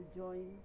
join